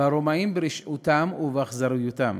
והרומאים ברשעותם ובאכזריותם